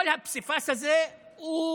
כל הפסיפס הזה הוא